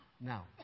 Now